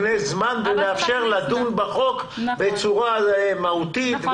זה מקנה זמן ומאפשר לדון בחוק בצורה מהותית.